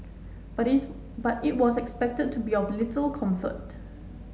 but it's but it was expected to be of little comfort